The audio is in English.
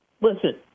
Listen